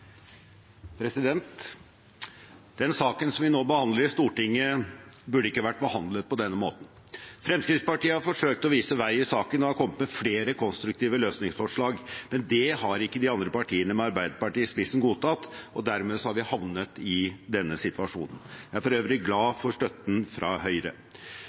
Saken vi nå behandler i Stortinget, burde ikke vært behandlet på denne måten. Fremskrittspartiet har forsøkt å vise vei i denne saken og har kommet med flere konstruktive løsningsforslag. Det har ikke de andre partiene, med Arbeiderpartiet i spissen, godtatt, og dermed har vi havnet i denne situasjonen. Jeg er for øvrig glad for støtten fra Høyre.